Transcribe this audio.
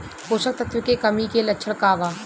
पोषक तत्व के कमी के लक्षण का वा?